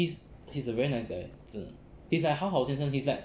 he's he's a very nice guy 真的 he's like 好好先生 he's like